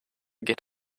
get